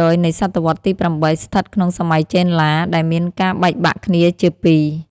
០ នៃសតវត្សរ៍ទី៨ ស្ថិតក្នុងសម័យចេនឡា ដែលមានការបែកបាក់គ្នាជាពីរ។